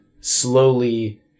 slowly